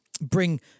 bring